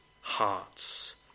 hearts